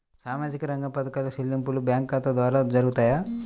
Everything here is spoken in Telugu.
సామాజిక రంగ పథకాల చెల్లింపులు బ్యాంకు ఖాతా ద్వార జరుగుతాయా?